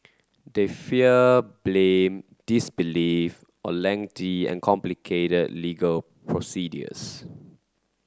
they fear blame disbelief or lengthy and complicated legal procedures